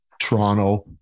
Toronto